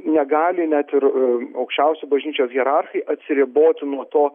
negali net ir aukščiausi bažnyčios hierarchai atsiriboti nuo to